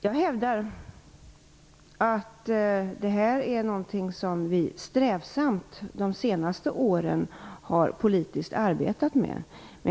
Jag hävdar att det här är någonting som vi strävsamt har arbetat politiskt med de senaste åren.